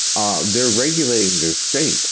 ah they're regulating their state